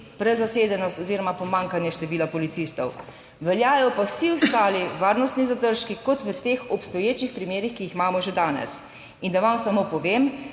prezasedenost oziroma pomanjkanje števila policistov. Veljajo pa vsi ostali varnostni zadržki kot v teh obstoječih primerih, ki jih imamo že danes. In da vam samo povem,